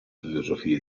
filosofia